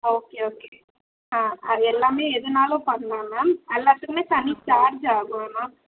okay okay ஆ அது எல்லாமே எதுன்னாலும் பண்ணலாம் மேம் எல்லாத்துக்குமே தனி சார்ஜு ஆகும் மேம்